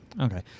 Okay